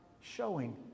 showing